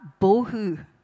bohu